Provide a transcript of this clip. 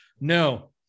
No